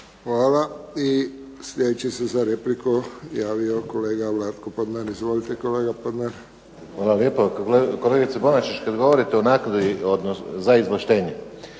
Hvala. I sljedeći se za repliku javio kolega Vlatko Podnar. Izvolite, kolega Podnar. **Podnar, Vlatko (SDP)** Hvala lijepo. Kolegice Bonačić, kad govorite o naknadi za izvlaštenje